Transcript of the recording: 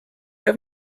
have